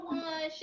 one